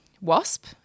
Wasp